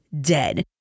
dead